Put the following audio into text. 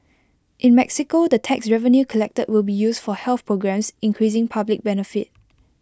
in Mexico the tax revenue collected will be used for health programmes increasing public benefit